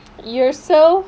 you're so